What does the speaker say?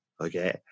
Okay